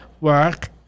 work